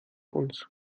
uns